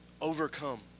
Overcome